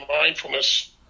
mindfulness